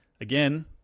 again